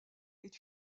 est